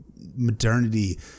modernity